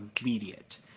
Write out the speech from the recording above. immediate